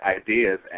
ideas